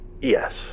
Yes